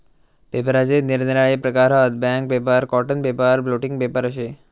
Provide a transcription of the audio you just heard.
पेपराचे निरनिराळे प्रकार हत, bank paper, cotton paper, blotting paper अशे